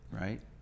right